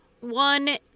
One